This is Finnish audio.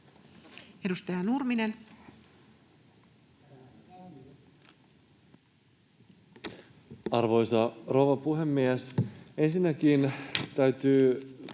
Edustaja Nurminen. Arvoisa rouva puhemies! Ensinnäkin täytyy